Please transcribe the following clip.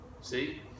See